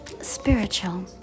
spiritual